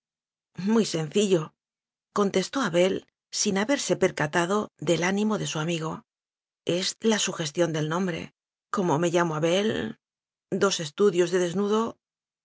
eso muy sencillo contestó abel sin haber se percatado del ánimo de su amigo es la sugestión del nombre como me llamo abel dos estudios de desnudo